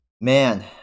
man